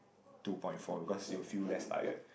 two point four because you'll feel less tired